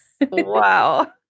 Wow